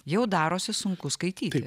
jau darosi sunku skaityti